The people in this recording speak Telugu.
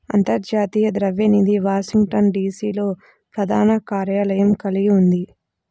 అంతర్జాతీయ ద్రవ్య నిధి వాషింగ్టన్, డి.సి.లో ప్రధాన కార్యాలయం కలిగి ఉంది